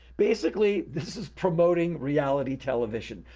basically, this is promoting reality television.